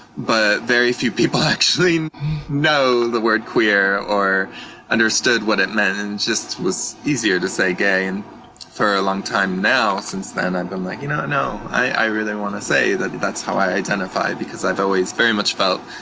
but very few people actually know the word queer or understood what it meant. and it was easier to say gay. and for a long time now since then, i've been like, you know what? no. i really want to say that that's how i identify because i've always very much felt